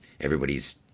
everybody's